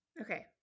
Okay